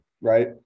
right